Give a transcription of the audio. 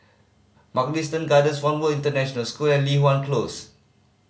Mugliston Gardens One World International School and Li Hwan Close